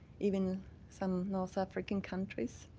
even some north african countries.